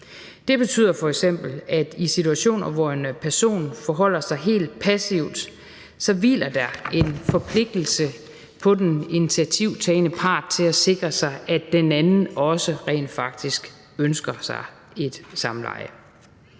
Det betyder f.eks., at der i situationer, hvor en person forholder sig helt passivt, hviler en forpligtelse på den initiativtagende part til at sikre sig, at den anden rent faktisk også ønsker sig et samleje.